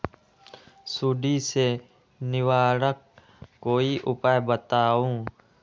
सुडी से निवारक कोई उपाय बताऊँ?